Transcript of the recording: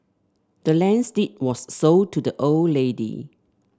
the land's deed was sold to the old lady